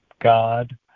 God